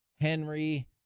Henry